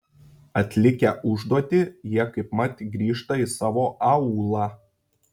atlikę užduotį jie kaipmat grįžta į savo aūlą